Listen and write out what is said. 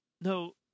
no